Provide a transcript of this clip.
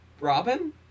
Robin